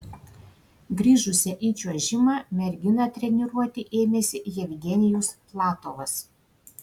grįžusią į čiuožimą merginą treniruoti ėmėsi jevgenijus platovas